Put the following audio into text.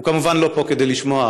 הוא כמובן לא פה כדי לשמוע,